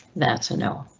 that's a no.